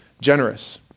generous